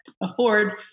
afford